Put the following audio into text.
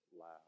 laugh